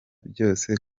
byose